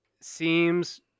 Seems